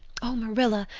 oh, marilla,